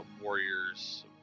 Warriors